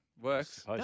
works